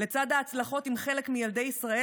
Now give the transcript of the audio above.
לצד ההצלחות עם חלק מילדי ישראל,